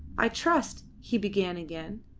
i trust he began again.